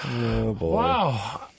wow